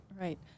Right